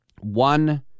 One